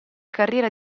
carriera